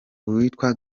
uwitwa